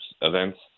events